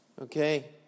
Okay